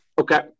Okay